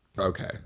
Okay